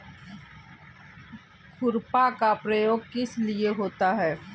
खुरपा का प्रयोग किस लिए होता है?